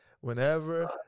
Whenever